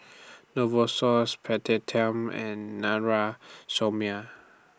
Novosource and Somia